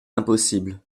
impossible